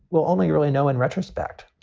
we'll only really know in retrospect.